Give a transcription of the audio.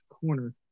corner